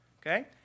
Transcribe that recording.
okay